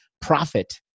profit